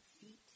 feet